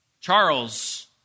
Charles